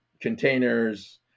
containers